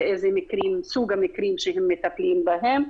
סוג המקרים שמטפלים בהם,